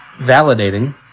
validating